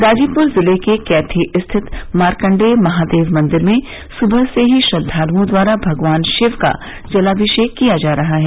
गाजीपुर जिले के कैथी स्थित मारकण्डेय महादेव मंदिर में सुबह से ही श्रद्वालुओं द्वारा भगवान शिव का जलाभिषेक किया जा रहा है